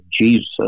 Jesus